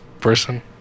person